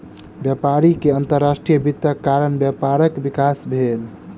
व्यापारी के अंतर्राष्ट्रीय वित्तक कारण व्यापारक विकास भेल